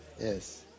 Yes